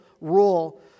rule